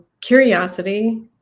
curiosity